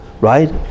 right